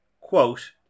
quote